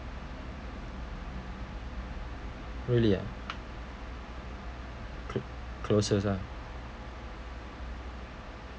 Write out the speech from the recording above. really ah cl~ closest ah